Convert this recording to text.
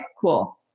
cool